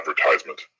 advertisement